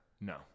No